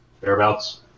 Thereabouts